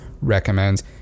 recommends